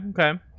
Okay